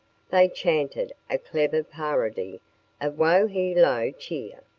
they chanted a clever parody of wo-he-lo cheer,